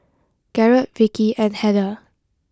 Garrett Vikki and Heather